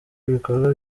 ibikorwa